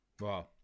Wow